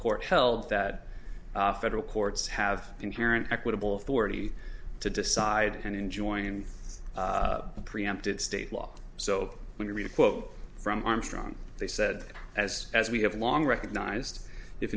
court held that federal courts have inherent equitable forty to decide and enjoying the preempted state law so when you read a quote from armstrong they said as as we have long recognized if